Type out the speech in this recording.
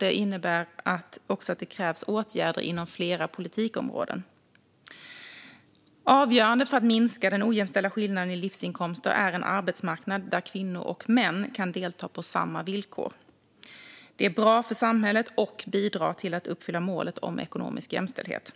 Det innebär att det krävs åtgärder inom flera politikområden. Avgörande för att minska den ojämställda skillnaden i livsinkomst är en arbetsmarknad där kvinnor och män kan delta på samma villkor. Det är bra för samhället, och det bidrar till att uppfylla målet om ekonomisk jämställdhet.